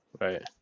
right